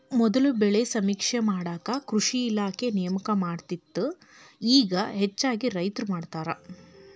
ಮೊದಲ ಬೆಳೆ ಸಮೇಕ್ಷೆ ಮಾಡಾಕ ಕೃಷಿ ಇಲಾಖೆ ನೇಮಕ ಮಾಡತ್ತಿತ್ತ ಇಗಾ ಹೆಚ್ಚಾಗಿ ರೈತ್ರ ಮಾಡತಾರ